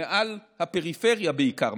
מעל הפריפריה בעיקר,